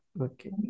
Okay